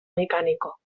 mecánico